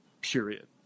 period